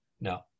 no